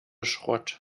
schrott